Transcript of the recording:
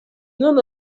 known